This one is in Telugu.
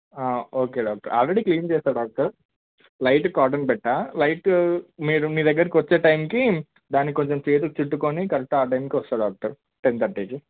ఓకే డాక్టర్ ఆల్రెడీ క్లీన్ చేశాను డాక్టర్ లైట్ కాటన్ పెట్టాను లైట్ మీరు మీ దగ్గరకు వచ్చే టైంకి దానికి కొంచెం చేతికి చుట్టుకొని కరెక్ట్ ఆ టైంకి వస్తాను డాక్టర్ టెన్ థర్టీకి